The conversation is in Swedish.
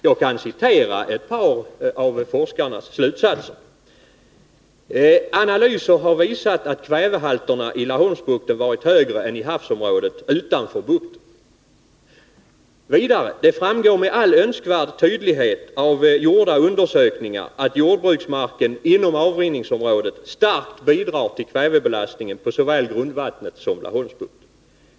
Jag kan citera ett par av forskarnas slutsatser: ” Analyser har visat att kvävehalterna i Laholmsbukten har varit högre än i havsområdet utanför bukten.” Vidare: ”Det framgår med all önskvärd tydlighet av gjorda undersökningar att jordbruksmarken inom avrinningsområdet starkt bidrar till kvävebelastningen på såväl grundvattnet som Laholmsbukten.